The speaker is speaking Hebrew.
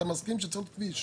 אתה מסכים שצריך עוד כביש?